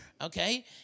okay